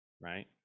right